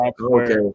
okay